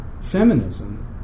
feminism